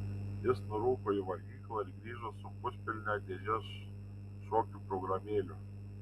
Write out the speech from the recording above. jis nurūko į valgyklą ir grįžo su puspilne dėže šokių programėlių